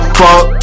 fuck